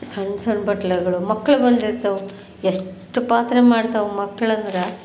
ಸಣ್ಣ ಸಣ್ಣ ಬಟ್ಲುಗಳು ಮಕ್ಳು ಬಂದಿರ್ತವೆ ಎಷ್ಟು ಪಾತ್ರೆ ಮಾಡ್ತವೆ ಮಕ್ಳಂದ್ರೆ